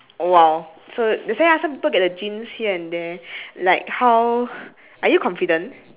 !wow! so that's why ah some people get the genes here and there like how are you confident